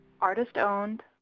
Artist-owned